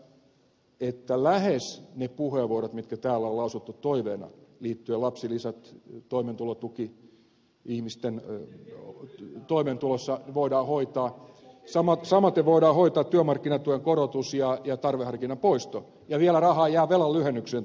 voi sanoa että lähes ne puheenvuorot mitkä täällä on lausuttu toiveina liittyen lapsilisiin toimeentulotukeen ihmisten toimeentuloon voidaan hoitaa samaten voidaan hoitaa työmarkkinatuen korotus ja tarveharkinnan poisto ja vielä rahaa jää velan lyhennykseen tämän jälkeen